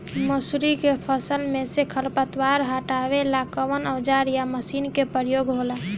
मसुरी के फसल मे से खरपतवार हटावेला कवन औजार या मशीन का प्रयोंग होला?